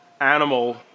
Animal